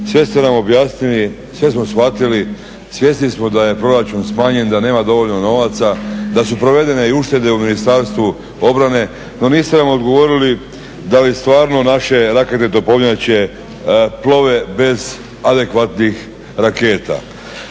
sve ste nam objasnili, sve smo shvatili. Svjesni smo da je proračun smanjen, da nema dovoljno novaca, da su provedene i uštede u Ministarstvu obrane. No, niste nam odgovorili da li stvarno naše raketne topovnjače plove bez adekvatnih raketa.